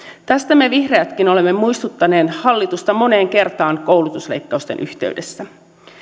tästä me vihreätkin olemme muistuttaneet hallitusta moneen kertaan koulutusleikkausten yhteydessä